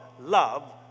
love